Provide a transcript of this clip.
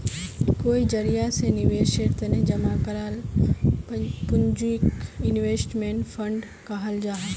कई जरिया से निवेशेर तने जमा कराल पूंजीक इन्वेस्टमेंट फण्ड कहाल जाहां